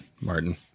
Martin